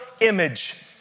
image